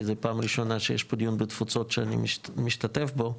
כי זו פעם ראשונה שיש פה דיון בתפוצות שאני משתתף בו.